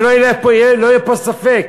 שלא יהיה פה ספק,